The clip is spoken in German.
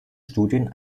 studien